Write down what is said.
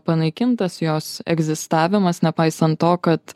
panaikintas jos egzistavimas nepaisant to kad